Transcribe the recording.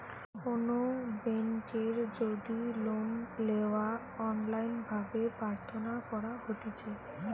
কোনো বেংকের যদি লোন লেওয়া অনলাইন ভাবে প্রার্থনা করা হতিছে